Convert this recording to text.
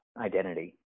identity